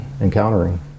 encountering